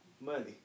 Money